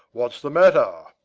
what's the matter?